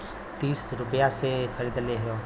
तीस रुपइया मे खरीदले हौ